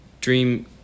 dream